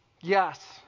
Yes